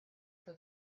for